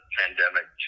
pandemic